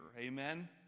amen